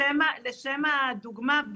לשם הדוגמה,